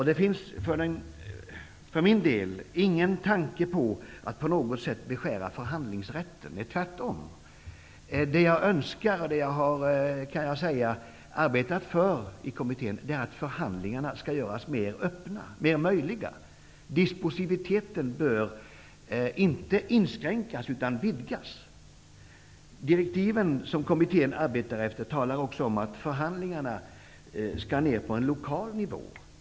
Det finns för min del ingen tanke på att på något sätt beskära förhandlingsrätten, tvärtom. Det jag önskar och, kan jag säga, det jag har arbetat för i kommittén är att förhandlingarna skall göras mera öppna, mer möjliga. Disposiviteten bör inte inskränkas utan vidgas. Direktiven som kommittén arbetar efter talar också om att förhandlingarna skall ner på en lokal nivå.